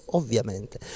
ovviamente